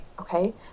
okay